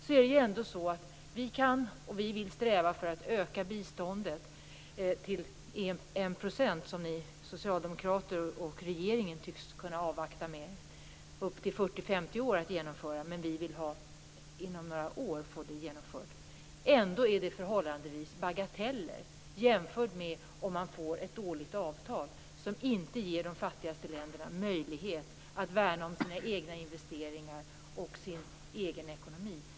Här kan och vill vi sträva efter att öka biståndet till 1 %, som ni socialdemokrater och regeringen tycks kunna avvakta med upp till 40 50 år att genomföra. Men vi vill få det genomfört inom några år. Förhållandevis är detta ändå bagateller jämfört med om man får ett dåligt avtal, som inte ger de fattigaste länderna möjlighet att värna om sina egna investeringar och sin egen ekonomi.